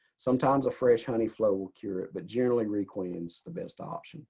sometimes a fresh honey flow will cure it. but generally, requeen is the best option